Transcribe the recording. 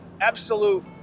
absolute